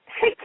Hey